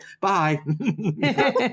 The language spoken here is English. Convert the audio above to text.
bye